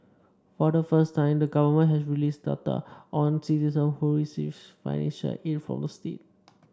for the first time the government has released data on citizens who receives financial aid from the state